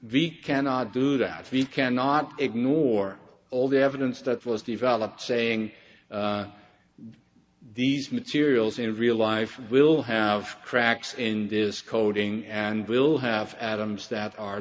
we cannot do that we cannot ignore all the evidence that was developed saying these materials in real life will have cracks in this coding and will have atoms that are